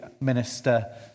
minister